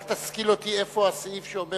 רק תשכיל אותי איפה הסעיף שאומר